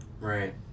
Right